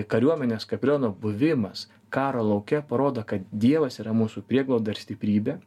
kariuomenės kapeliono buvimas karo lauke parodo kad dievas yra mūsų prieglauda ir stiprybė